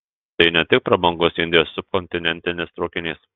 tai ne tik prabangus indijos subkontinentinis traukinys